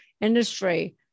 industry